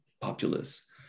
populace